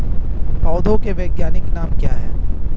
पौधों के वैज्ञानिक नाम क्या हैं?